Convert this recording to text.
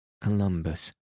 Columbus